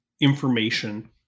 information